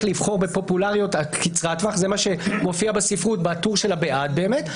לבחור בפופולריות קצרת הטווח זה מה שמופיע בספרות בטור של הבעד באמת.